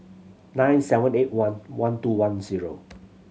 nine seven eight one one two one zero